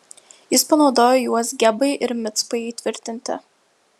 jis panaudojo juos gebai ir micpai įtvirtinti